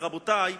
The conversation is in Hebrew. רבותי,